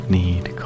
need